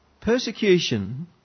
Persecution